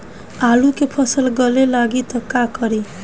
आलू के फ़सल गले लागी त का करी?